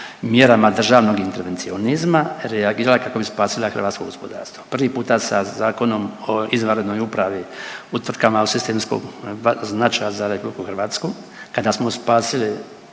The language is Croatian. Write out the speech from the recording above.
mjerama državnog intervencionizma reagirala kako bi spasila hrvatsko gospodarstvo prvi puta sa Zakonom o izvanrednoj upravi u tvrtkama od sistemskog značaja za Republiku Hrvatsku kada smo spasili